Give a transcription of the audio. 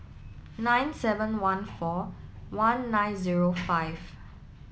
nine seven one four one nine zero five